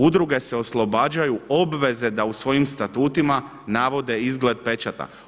Udruge se oslobađaju obveze da u svojim statutima navode izgled pečata.